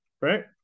right